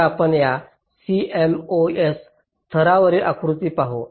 तर आपण या CMOS स्तरावरील आकृती पाहू